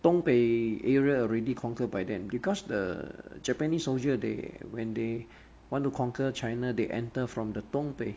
东北 area already conquered by them because the japanese soldier they when they want to conquer china they enter from the 东北